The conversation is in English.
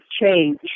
change